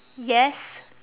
yes